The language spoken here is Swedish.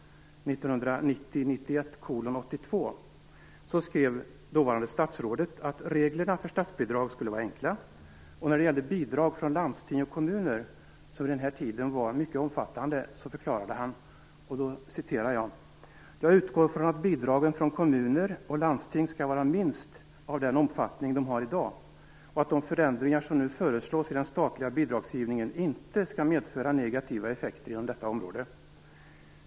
Dåvarande statsrådet skrev att reglerna för statsbidrag skulle vara enkla. När det gällde bidrag från landsting och kommuner, som under den här tiden var mycket omfattande, förklarade han att han utgick från att bidragen från kommuner och landsting skall vara minst av den omfattning de var då, och att de förändringar som nu föreslogs i den statliga bidragsgivningen inte skulle medföra negativa effekter inom detta område.